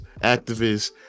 activists